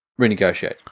renegotiate